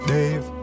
Dave